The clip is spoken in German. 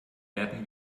werden